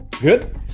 Good